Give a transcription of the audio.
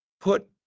Put